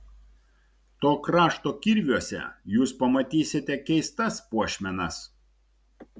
to krašto kirviuose jūs pamatysite keistas puošmenas